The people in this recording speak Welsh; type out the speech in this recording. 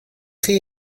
chi